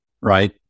right